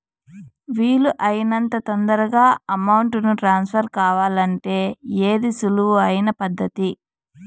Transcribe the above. వీలు అయినంత తొందరగా అమౌంట్ ను ట్రాన్స్ఫర్ కావాలంటే ఏది సులువు అయిన పద్దతి